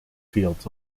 fields